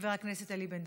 חבר הכנסת אלי בן-דהן.